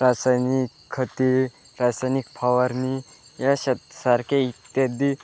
रासायनिक खते रासायनिक फवारणी या श सारखे इत्यादी